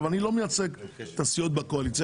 אני לא מייצג את הסיעות בקואליציה.